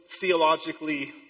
theologically